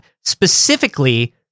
specifically